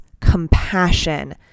compassion